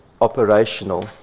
operational